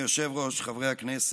אדוני היושב-ראש, חברי הכנסת,